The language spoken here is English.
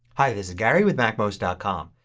hi, this is gary with macmost ah com.